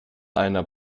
einer